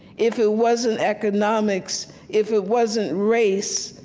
if it wasn't economics, if it wasn't race,